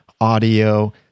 audio